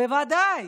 בוודאי,